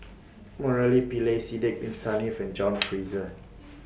Murali Pillai Sidek Bin Saniff and John Fraser